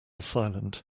silent